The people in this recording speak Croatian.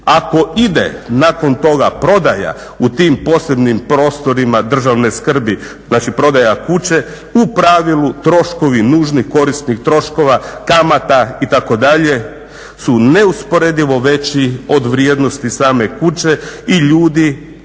Ako ide nakon toga prodaja u tim posebnim prostorima države skrbi, znači prodaja kuće, u pravilu troškovi nužnih korisnih troškova, kamata itd. su neusporedivo veći od vrijednosti same kuće i ljudi